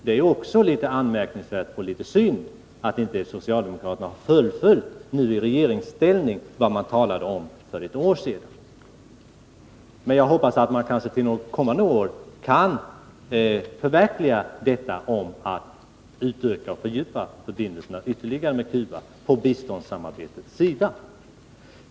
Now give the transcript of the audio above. Det är beklagligt att socialdemokraterna inte nu i regeringsställning fullföljer vad de talade om för ett år sedan. Jag hoppas att man till kommande år kan förverkliga detta mål att utöka och fördjupa förbindelserna med Cuba på biståndssamarbetets område.